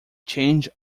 change